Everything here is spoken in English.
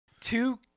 Two